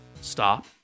stop